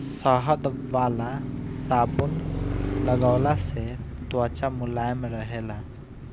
शहद वाला साबुन लगवला से त्वचा मुलायम रहेला